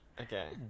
Okay